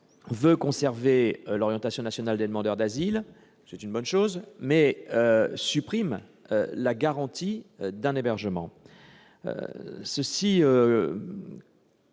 veut conserver l'orientation nationale des demandeurs d'asile, ce qui est une bonne chose, mais il supprime la garantie d'un hébergement. Cela